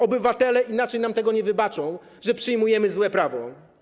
Obywatele inaczej nam tego nie wybaczą, tego, że przyjmujemy złe prawo.